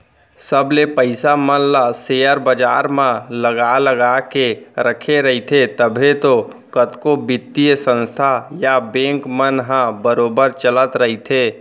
सबे पइसा मन ल सेयर बजार म लगा लगा के रखे रहिथे तभे तो कतको बित्तीय संस्था या बेंक मन ह बरोबर चलत रइथे